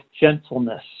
gentleness